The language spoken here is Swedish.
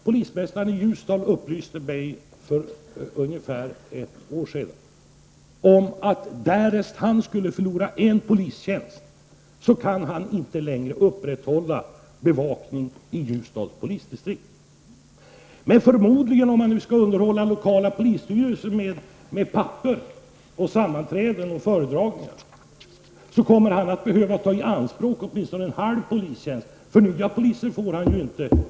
Polismästaren i Ljusdal upplyste mig för ungefär ett år sedan om att han därest skulle förlora en polistjänst inte längre kan upprätthålla bevakningen i Ljusdals polisdistrikt. Om man skall underhålla lokala polisstyrelser med papper, sammanträden och föredragningar, kommer man förmodligen att behöva ta i anspråk åtminstone en halv polistjänst, för nya poliser får man ju inte.